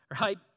right